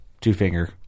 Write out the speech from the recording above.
two-finger